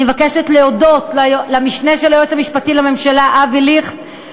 אני מבקשת להודות למשנה ליועץ המשפטי לממשלה אבי ליכט,